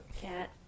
cat